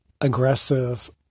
aggressive